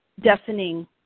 deafening